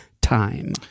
time